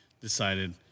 decided